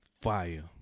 Fire